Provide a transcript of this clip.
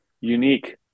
unique